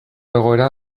egoera